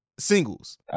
singles